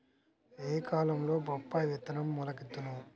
ఏ కాలంలో బొప్పాయి విత్తనం మొలకెత్తును?